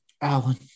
Alan